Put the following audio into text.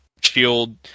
shield